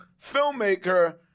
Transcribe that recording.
filmmaker